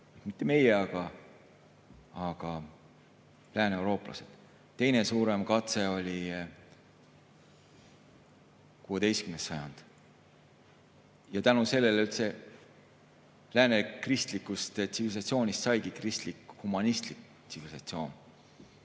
Mitte meie, aga lääneeurooplased. Teine suurem katse oli 16. sajandil. Tänu sellele üldse läänekristlikust tsivilisatsioonist saigi kristlik humanistlik tsivilisatsioon